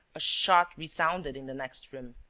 a shot resounded in the next room.